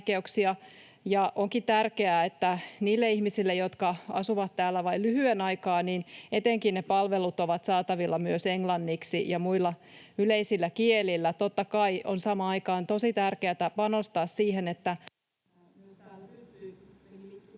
onkin tärkeää, että niille ihmisille, jotka asuvat täällä vain lyhyen aikaa, etenkin palvelut ovat saatavilla myös englanniksi ja muilla yleisillä kielillä. Totta kai samaan aikaan on tosi tärkeätä panostaa siihen, että